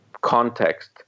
context